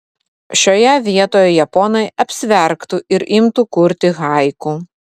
šioje vietoje japonai apsiverktų ir imtų kurti haiku